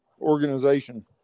organization